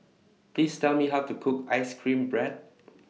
Please Tell Me How to Cook Ice Cream Bread